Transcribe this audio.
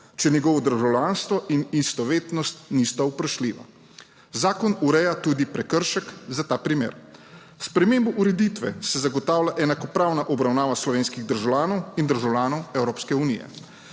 če njegovo državljanstvo in istovetnost nista vprašljiva. Zakon ureja tudi prekršek za ta primer. S spremembo ureditve se zagotavlja enakopravna obravnava slovenskih državljanov in državljanov Evropske unije.